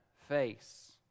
face